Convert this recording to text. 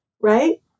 right